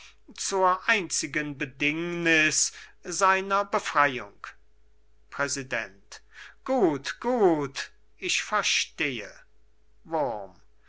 zur einzigen bedingung seiner befreiung präsident gut gut ich verstehe wurm